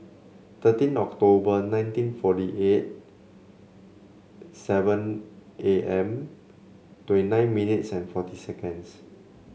thirteen October nineteen forty eight seven A M twenty nine minutes and forty seconds